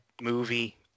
movie